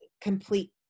complete